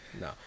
No